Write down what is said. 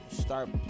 start